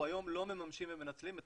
אנחנו היום לא מממשים ומנצלים את